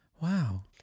Wow